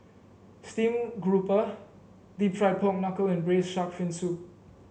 stream grouper deep fried Pork Knuckle and Braised Shark Fin Soup